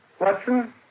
Watson